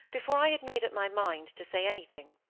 before i had made up my mind to say anything.